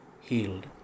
healed